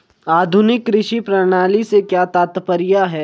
आधुनिक कृषि प्रणाली से क्या तात्पर्य है?